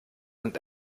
und